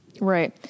Right